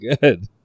good